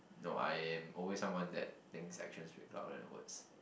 no I'm always someone that thinks action speak louder than words